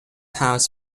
house